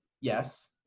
Yes